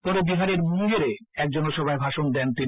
পরে বিহারের মুঙ্গেরে এক জনসভায় ভাষণ দেন তিনি